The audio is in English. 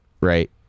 right